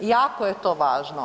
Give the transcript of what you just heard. Jako je to važno.